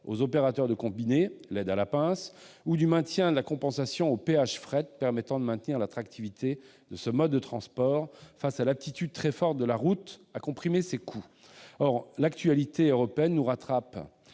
aux opérateurs de combiné (aide à la pince) ou du maintien de la compensation aux péages fret, permettant de maintenir l'attractivité de ce mode de transport face à l'aptitude très forte de la route à comprimer ses coûts ». Or l'actualité européenne nous rattrape.